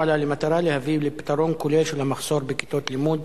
לה למטרה להביא לפתרון כולל של המחסור בכיתות לימוד